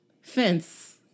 fence